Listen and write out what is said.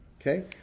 okay